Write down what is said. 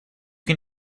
can